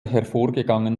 hervorgegangen